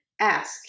ask